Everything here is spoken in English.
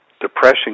depression